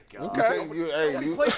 Okay